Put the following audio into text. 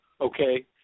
Okay